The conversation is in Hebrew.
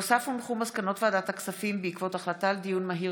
מסקנות ועדת הכספים בעקבות דיון מהיר